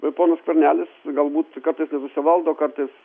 ponas skvernelis galbūt kartais nesusivaldo kartais